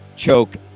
Choke